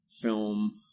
film